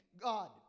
God